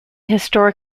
historic